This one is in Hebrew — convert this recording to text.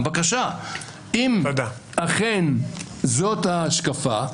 בבקשה, אם אכן זאת ההשקפה,